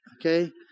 Okay